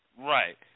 Right